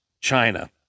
China